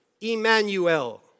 Emmanuel